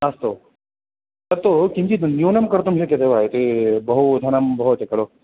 अस्तु तत्तु किञ्चित् न्यूनं कर्तुं शक्यते वा इति बहु धनं भवति खलु